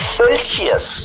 celsius